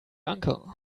uncle